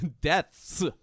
deaths